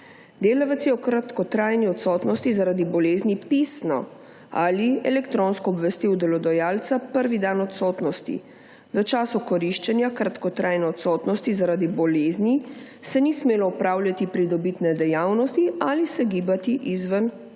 Delavec je o kratkotrajni odsotnosti zaradi bolezni pisno ali elektronsko obvestil delodajalca prvi dan odsotnosti. V času koriščenja kratkotrajne odsotnosti zaradi bolezni, se ni smelo opravljati pridobitne dejavnosti ali se gibati izven kraja